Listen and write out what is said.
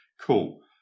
Cool